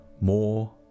more